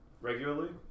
Regularly